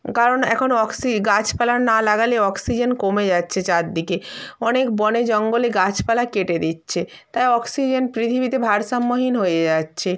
কারণ এখন অক্সি গাছপালা না লাগালে অক্সিজেন কমে যাচ্ছে চারদিকে অনেক বনে জঙ্গলে গাছপালা কেটে দিচ্ছে তাই অক্সিজেন পৃথিবীতে ভারসাম্যহীন হয়ে যাচ্ছে